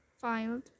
filed